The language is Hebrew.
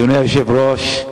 אדוני היושב-ראש,